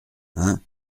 hein